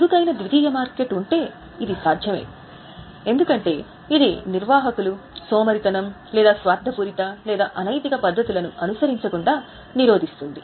చురుకైన ద్వితీయ మార్కెట్ ఉంటే ఇది సాధ్యమే ఎందుకంటే ఇది నిర్వాహకులు సోమరితనం లేదా స్వార్థపూరిత లేదా అనైతిక పద్ధతులను అనుసరించకుండా నిరోధిస్తుంది